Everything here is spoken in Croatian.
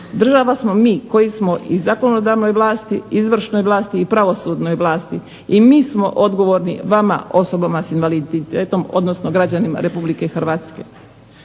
Država smo mi koji smo i zakonodavnoj vlasti, izvršnoj vlasti i pravosudnoj vlasti i mi smo odgovorni vama osobama sa invaliditetom, odnosno građanima Republike Hrvatske.